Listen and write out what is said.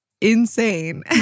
insane